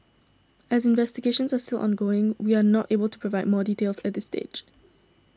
as investigations are still ongoing we are not able to provide more details at this stage